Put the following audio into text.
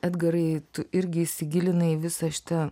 edgarai tu irgi įsigilinai į visą šitą